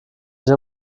sich